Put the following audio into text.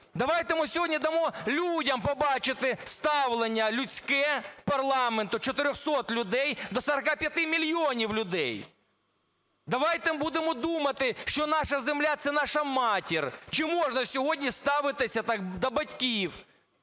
Давайте ми сьогодні дамо людям побачити ставлення людське парламенту, 400 людей до 45 мільйонів людей. Давайте будемо думати, що наша земля – це наша матір. Чи можна сьогодні ставитися так до батьків